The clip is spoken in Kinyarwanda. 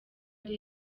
ari